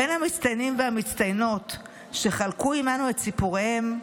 בין המצטיינים והמצטיינות שחלקו עימנו את סיפוריהם,